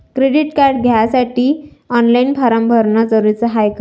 Credit card घ्यासाठी online form भरन जरुरीच हाय का?